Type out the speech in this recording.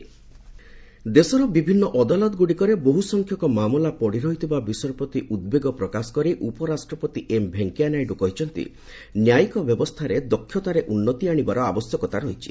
VP judicial ଦେଶର ବିଭିନ୍ନ ଅଦାଲତଗୁଡ଼ିକରେ ବହୁ ସଂଖ୍ୟକ ମାମଲା ପଡ଼ିରହିଥିବା ବିଷୟ ପ୍ରତି ଉଦ୍ବେଗ ପ୍ରକାଶ କରି ଉପରାଷ୍ଟପତି ଏମ୍ ଭେଙ୍କୟା ନାଇଡୂ କହିଛନ୍ତି ନ୍ୟାୟିକ ବ୍ୟବସ୍ଥାରେ ଦକ୍ଷତାରେ ଉନ୍ତି ଆଶିବାର ଆବଶ୍ୟକତା ରହିଛି